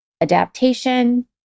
adaptation